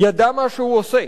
ידע מה שהוא עושה